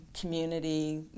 community